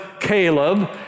Caleb